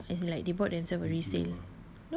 they are shifting ah as in like they bought themselves a resale